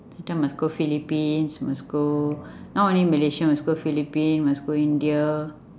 sometime must go philippines must go not only malaysia must go philippines must go india